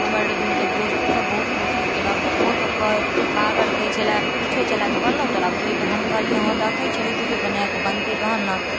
हमर मतलब दोस्तोसभ बहुत कोशिश केलक ओहोसभ कहै बेर बेर कहै छलै पुछै छलै जे बनलहु तोरा बुते तऽ हम कहलिए हँ देखै छी यूट्यूबपर बनाकऽ बनतै तहन ने